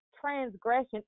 transgression